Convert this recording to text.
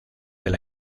del